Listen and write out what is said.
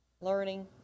learning